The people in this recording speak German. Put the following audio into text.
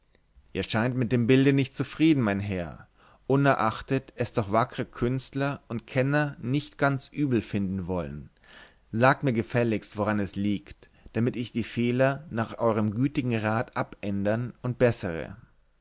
ihr scheint mit dem bilde nicht zufrieden mein herr unerachtet es doch wackre künstler und kenner nicht ganz übel finden wollen sagt mir gefälligst woran es liegt damit ich die fehler nach euerm gütigen rat abändere und bessere